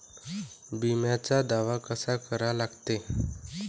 बिम्याचा दावा कसा करा लागते?